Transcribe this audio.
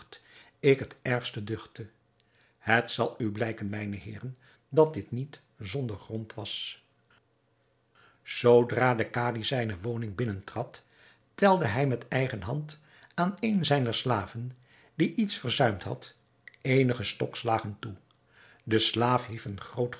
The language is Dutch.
ik het ergste duchtte het zal u blijken mijne heeren dat dit niet zonder grond was zoodra de kadi zijne woning binnentrad telde hij met eigen hand aan een zijner slaven die iets verzuimd had eenige stokslagen toe de slaaf hief een groot